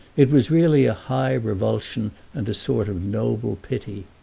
it was really a high revulsion and a sort of noble pity.